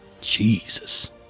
Jesus